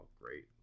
great